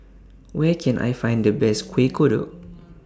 Where Can I Find The Best Kueh Kodok